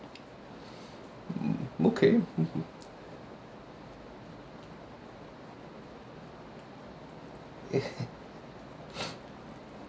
mm okay mmhmm ya